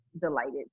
delighted